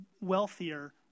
wealthier